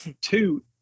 Two